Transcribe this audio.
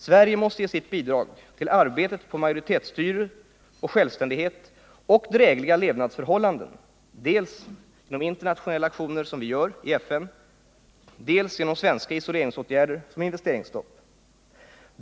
Sverige måste ge sitt bidrag till arbetet på majoritetsstyre, självständighet och drägliga levnadsförhållanden, dels i form av internationella aktioner genom FN, dels genom svenska isoleringsaktioner, t.ex. investeringsstopp.